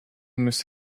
miss